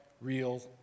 real